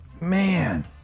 Man